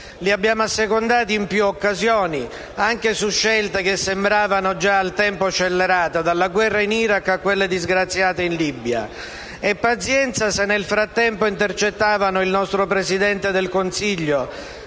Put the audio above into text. Li abbiamo assecondati in più occasioni, anche su scelte che sembravano già al tempo scellerate, dalla guerra in Iraq a quella disgraziata in Libia. Pazienza se, nel frattempo, intercettavano il nostro Presidente del Consiglio